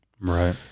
Right